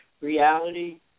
reality